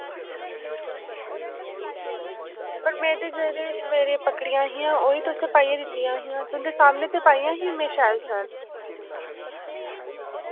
पर मैं ते जेह्ड़े सवेरे पकड़ियां हियां ओह् ही तुसें पाइयै दित्तियां हियां तुं'दे सामने ते पाइयां ही में शैल शैल